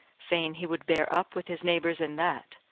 fain he would bear up with his neighbours in that.